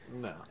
No